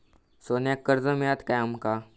सोन्याक कर्ज मिळात काय आमका?